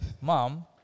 mom